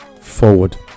forward